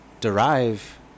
derive